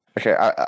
okay